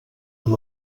amb